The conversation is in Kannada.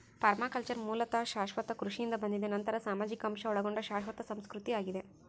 ಪರ್ಮಾಕಲ್ಚರ್ ಮೂಲತಃ ಶಾಶ್ವತ ಕೃಷಿಯಿಂದ ಬಂದಿದೆ ನಂತರ ಸಾಮಾಜಿಕ ಅಂಶ ಒಳಗೊಂಡ ಶಾಶ್ವತ ಸಂಸ್ಕೃತಿ ಆಗಿದೆ